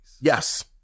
Yes